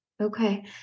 Okay